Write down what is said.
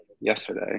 yesterday